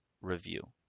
review